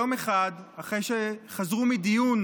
יום אחד, אחרי שחזרו מדיון